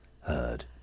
heard